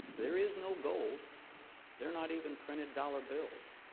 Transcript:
there is no gold they're not even printed dollar bills.